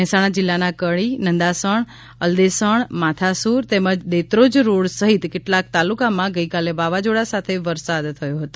મહેસાણા જિલ્લાના કડી નંદાસણ અલદેસણ માથાસુર તેમજ દેત્રોજ રોડ સહિત કેટલાંક તાલુકામાં ગઇકાલે વાવાઝોડા સાથે વરસાદ થયો હતો